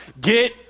Get